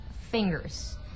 fingers